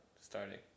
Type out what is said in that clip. starting